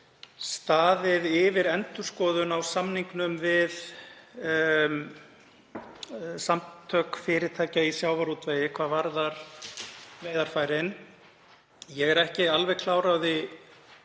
staðið yfir endurskoðun á samningnum við Samtök fyrirtækja í sjávarútvegi hvað varðar veiðarfærin. Ég er ekki alveg klár